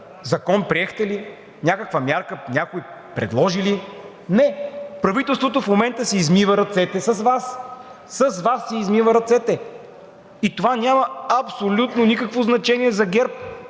Закон приехте ли, някаква мярка някой предложи ли? Не. Правителството в момента си измива ръцете с Вас. С Вас си измива ръцете! И това няма абсолютно никакво значение за ГЕРБ.